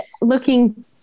looking